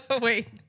wait